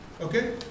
okay